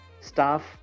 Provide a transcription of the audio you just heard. staff